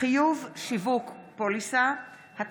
מאת